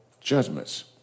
judgments